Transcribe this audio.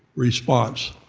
response,